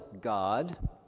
God